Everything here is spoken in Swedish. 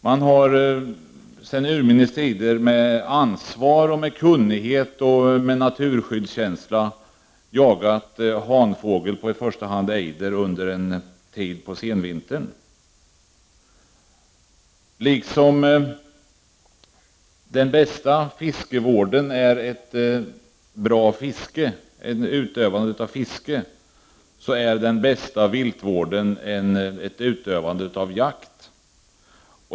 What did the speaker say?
Man har sedan urminnes tider med ansvar, med kunnighet och med naturkänsla jagat hanfågel, i första hand ejder, under en tid på senvintern. Liksom den a fiskevården är utövande av fiske, är den bästa viltvården ett utövande av jakt.